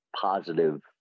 positive